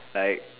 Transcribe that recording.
like